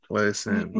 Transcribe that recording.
listen